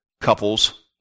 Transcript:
couples